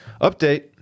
Update